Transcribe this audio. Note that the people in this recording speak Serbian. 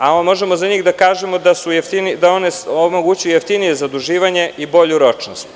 Za njih možemo da kažemo da one omogućuju jeftinije zaduživanje i bolju ročnost.